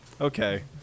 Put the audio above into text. Okay